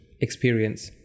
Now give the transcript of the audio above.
experience